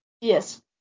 Yes